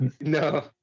No